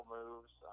moves